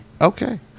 Okay